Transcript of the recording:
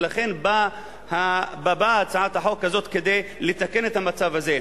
ולכן באה הצעת החוק הזאת, כדי לתקן את המצב הזה.